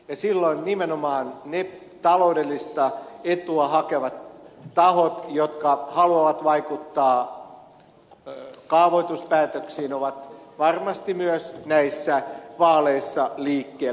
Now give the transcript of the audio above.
silloin nimenomaan ne taloudellista etua hakevat tahot jotka haluavat vaikuttaa kaavoituspäätöksiin ovat varmasti myös näissä vaaleissa liikkeellä